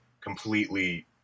completely